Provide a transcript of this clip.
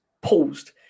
paused